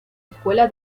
escuela